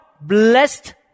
blessed